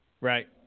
Right